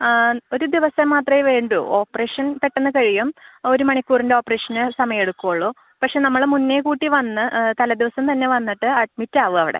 ഒരു ദിവസം മാത്രമേ വേണ്ടൂ ഓപ്പറേഷൻ പെട്ടെന്ന് കഴിയും ഒരു മണിക്കൂറിൻ്റെ ഓപ്പറേഷന് സമയം എടുക്കൂള്ളൂ പക്ഷേ നമ്മൾ മുന്നേ കൂട്ടി വന്ന് തലേ ദിവസം തന്നെ വന്നിട്ട് അഡ്മിറ്റാവാ അവിടെ